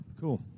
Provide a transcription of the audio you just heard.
Cool